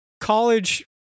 college